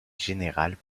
général